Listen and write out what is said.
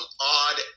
odd